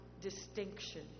distinction